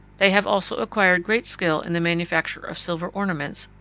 they have also acquired great skill in the manufacture of silver ornaments,